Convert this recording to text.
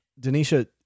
Denisha